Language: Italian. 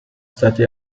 stati